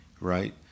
right